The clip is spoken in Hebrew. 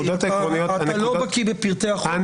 לא בקי בפרטי החוק,